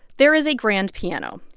there is a grand piano.